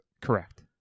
Correct